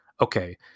okay